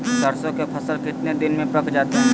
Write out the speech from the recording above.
सरसों के फसल कितने दिन में पक जाते है?